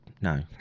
No